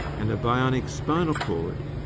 and a bionic spinal cord,